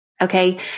okay